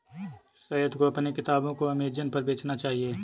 सैयद को अपने किताबों को अमेजन पर बेचना चाहिए